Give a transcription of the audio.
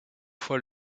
fois